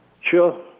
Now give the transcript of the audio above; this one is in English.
Sure